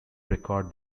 record